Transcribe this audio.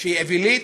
שהיא אווילית,